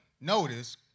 notice